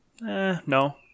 No